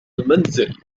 المنزل